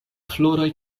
floroj